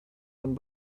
one